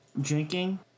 drinking